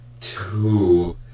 Two